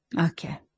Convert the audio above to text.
Okay